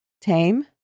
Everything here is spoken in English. Tame